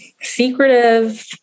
secretive